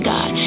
God